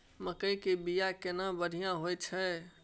मकई के बीया केना बढ़िया होय छै?